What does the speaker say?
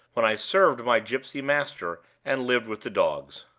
when i served my gypsy master and lived with the dogs.